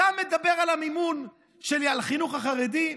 אתה מדבר על המימון של החינוך החרדי?